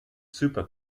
super